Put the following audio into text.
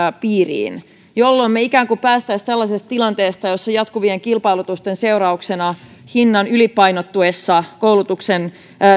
piiriin jolloin me ikään kuin pääsisimme tällaisesta tilanteesta jossa jatkuvien kilpailutusten seurauksena hinnan ylipainottuessa koulutuksen